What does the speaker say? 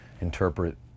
interpret